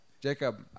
Jacob